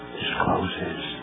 discloses